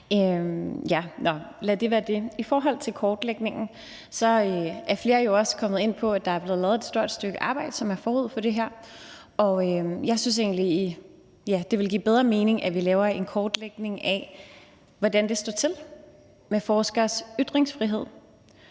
lad det ligge. I forhold til kortlægningen er flere jo også kommet ind på, at der er blevet lavet et stort stykke arbejde forud for det her, og jeg synes egentlig, at det ville give bedre mening, at vi laver en kortlægning af, hvordan det står til med forskeres ytringsfrihed.